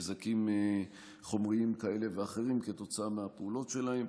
נזקים חומריים כאלה ואחרים כתוצאה מהפעולות שלהם.